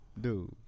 Dude